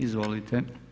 Izvolite.